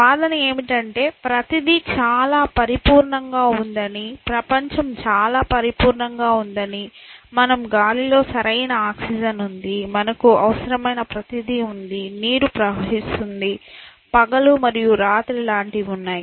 వాదన ఏమిటంటే ప్రతిదీ చాలా పరిపూర్ణంగా ఉందని ప్రపంచం చాలా పరిపూర్ణంగా ఉందని మన గాలిలో సరైన ఆక్సిజన్ ఉంది మనకు అవసరమైన ప్రతిదీ ఉంది నీరు ప్రవహిస్తుంది పగలు మరియు రాత్రి లాంటివన్నీ ఉన్నాయి